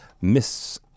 Miss